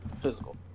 physical